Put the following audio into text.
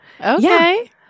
Okay